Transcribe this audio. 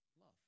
love